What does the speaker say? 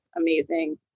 amazing